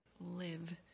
live